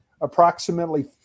approximately